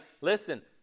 listen